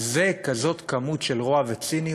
על זה כזאת כמות של רוע וציניות?